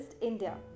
India